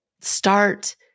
Start